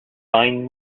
sign